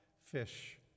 fish